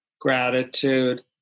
gratitude